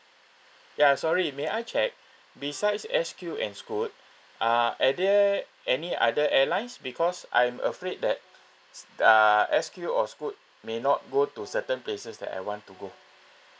ya sorry may I check besides S_Q and scoot uh are there any other airlines because I'm afraid that uh S_Q or scoot may not go to certain places that I want to go